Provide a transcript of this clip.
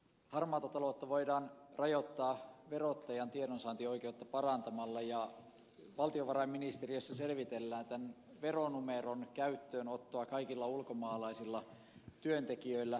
harmaata taloutta voidaan rajoittaa verottajan tiedonsaantioikeutta parantamalla ja valtiovarainministeriössä selvitellään veronumeron käyttöönottoa kaikilla ulkomaalaisilla työntekijöillä